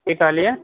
की कहलियै